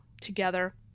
together